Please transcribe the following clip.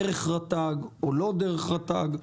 דרך רשות הטבע והגנים או לא דרך רשות הטבע והגנים,